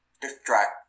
distract